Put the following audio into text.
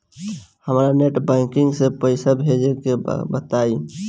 हमरा net banking से पईसा भेजे के बा बताई?